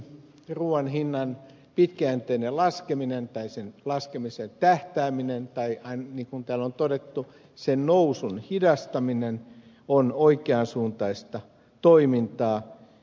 ruuan hinnan pitkäjänteinen laskeminen tai sen laskemiseen tähtääminen tai niin kuin täällä on todettu sen nousun hidastaminen on oikeansuuntaista toimintaa